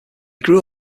grew